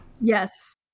Yes